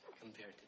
compared